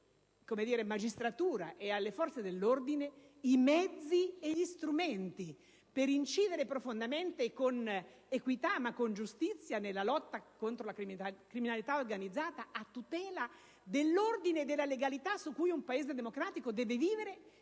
alla magistratura e alle forze dell'ordine i mezzi e gli strumenti per incidere profondamente, con equità e giustizia, nella lotta contro la criminalità organizzata, a tutela dell'ordine e della legalità, con i quali un Paese democratico deve vivere